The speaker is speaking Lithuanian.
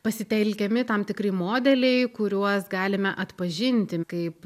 pasitelkiami tam tikri modeliai kuriuos galime atpažinti kaip